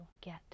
get